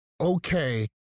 okay